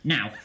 Now